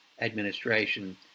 administration